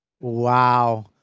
Wow